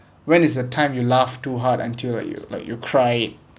when is the time you laugh too hard until like you like you cry it